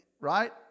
right